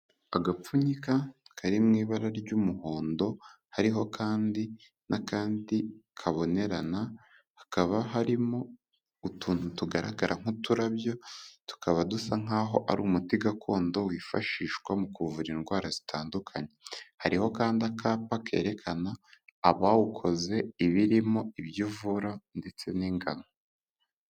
Agapfunyika kari mu ibara ry'umuhondo, hariho kandi n'akandi kabonerana hakaba harimo utuntu tugaragara nk'uturabyo tukaba dusa nk'aho ari umuti gakondo wifashishwa mu kuvura indwara zitandukanye. Hariho kandi akapa kerekana abawukoze, ibirimo ibyo uvura, ndetse n'ingano.